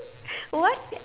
what